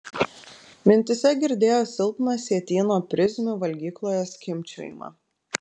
mintyse girdėjo silpną sietyno prizmių valgykloje skimbčiojimą